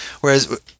Whereas